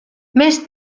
més